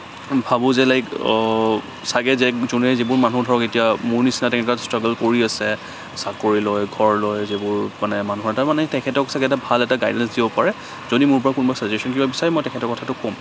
ভাবোঁ যে লাইক ছাগে যে যোনে যিবোৰ মানুহ ধৰক এতিয়া মোৰ নিচিনা তেনেকুৱা ষ্ট্ৰাগুল কৰি আছে চাকৰি লৈ ঘৰ লৈ যিবোৰ মানে মানুহৰ এটা মানে তেখেতক ছাগে এটা ভাল এটা গাইডেন্স দিব পাৰে যদি মোৰ পৰা কোনোবা ছাজেচন কিবা বিচাৰে মই তেখেতৰ কথাটো ক'ম